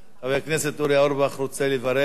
חבר הכנסת אורי אורבך רוצה לברך,